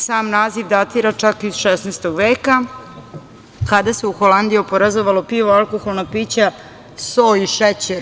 Sam naziv datira čak iz 16. veka, kada se u Holandiji oporezovalo pivo, alkoholna pića, so i šećer.